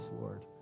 Lord